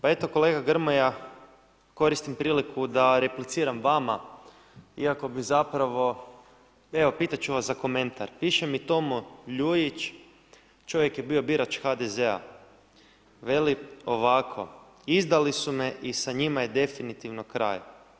Pa eto, kolega Grmoja, koristim priliku da repliciram vama, iako bi zapravo, evo pitati ću vas za komentar, piše mi Tomo Ljujić, čovjek je bio birač HDZ-a, veli, ovako, izdali su me i sa njima je definitivno kraj.